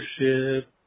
leadership